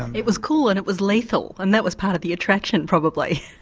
it was cool and it was lethal, and that was part of the attraction probably.